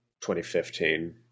2015